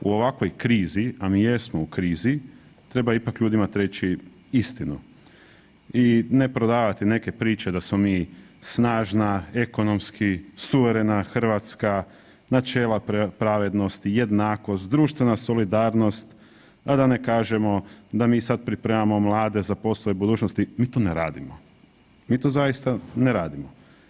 U ovakvoj krizi, a mi jesmo u krizi, treba ipak ljudima reći istinu i ne prodavati neke priče da smo mi snažna ekonomski suverena RH, načela pravednosti, jednakost, društvena solidarnost, a da ne kažemo da mi sad pripremamo mlade za poslove budućnosti, mi to ne radimo, mi to zaista ne radimo.